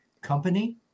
company